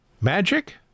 Magic